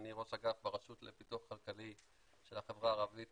אני ראש אגף ברשות לפיתוח כלכלי של החברה הערבית